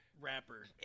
rapper